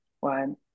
one